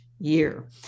year